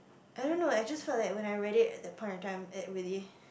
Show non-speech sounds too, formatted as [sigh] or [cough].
I don't know I just felt like when I read it at that point of time it really [breath]